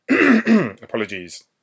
apologies